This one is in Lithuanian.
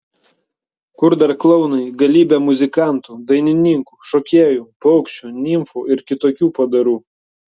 kur dar klounai galybė muzikantų dainininkų šokėjų paukščių nimfų ir kitokių padarų